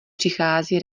přichází